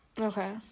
Okay